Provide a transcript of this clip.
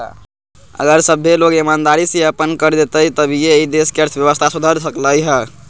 अगर सभ्भे लोग ईमानदारी से अप्पन कर देतई तभीए ई देश के अर्थव्यवस्था सुधर सकलई ह